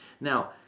Now